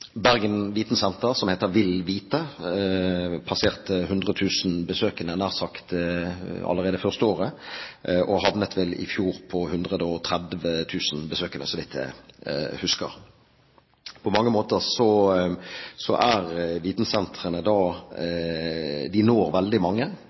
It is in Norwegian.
Bergen Vitensenter, som heter VilVite, passerte 100 000 besøkende allerede første året, og havnet vel i fjor på 130 000 besøkende, så vidt jeg husker. Vitensentrene når veldig mange,